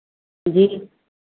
जी